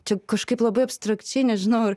čia kažkaip labai abstrakčiai nežinau ar